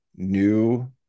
new